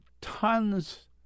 tons